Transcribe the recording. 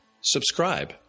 subscribe